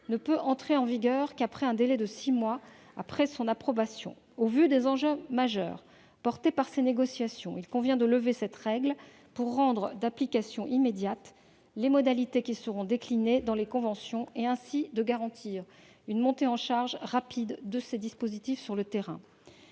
ne peut entrer en vigueur qu'après un délai de six mois après son approbation. Au vu des enjeux essentiels portés par ces négociations, il convient de lever cette règle pour rendre d'application immédiate les modalités qui seront déclinées dans les conventions, de manière à garantir une montée en charge rapide de ces dispositifs sur le terrain.